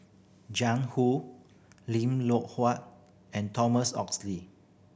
Jiang Hu Lim Loh Huat and Thomas Oxle